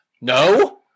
No